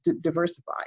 diversify